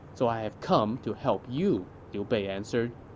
so i have come to help you, liu bei answered.